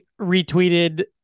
retweeted